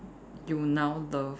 you now love